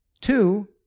two